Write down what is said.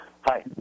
Hi